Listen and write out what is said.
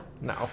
No